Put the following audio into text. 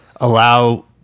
allow